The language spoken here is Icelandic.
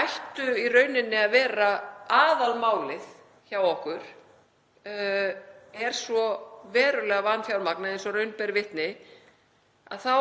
ætti í rauninni að vera aðalmálið hjá okkur, er eins verulega vanfjármagnað og raun ber vitni þá